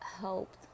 helped